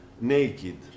naked